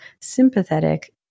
sympathetic